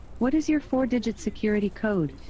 what is your four digit security code?